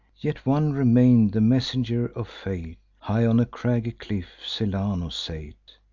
yet one remain'd the messenger of fate high on a craggy cliff celaeno sate,